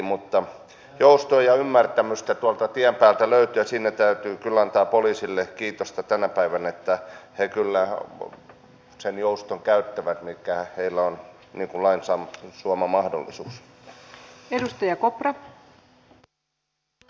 mutta joustoa ja ymmärtämystä tuolta tien päältä löytyy ja siinä täytyy kyllä antaa poliisille kiitosta tänä päivänä että he kyllä sen jouston käyttävät mihin heillä on lain suoma mahdollisuus